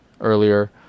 earlier